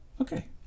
Okay